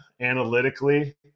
analytically